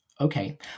okay